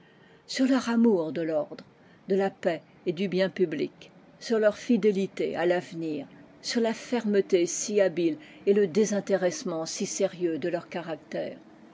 sur leur amour de tordre de la paix et du bien public sur leur fidélité à l'avenir sur la fermeté si habile et le désintéressement si sérieux de leur caractère